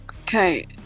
okay